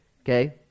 okay